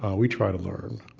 ah we try to learn.